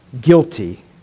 guilty